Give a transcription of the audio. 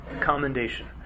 Commendation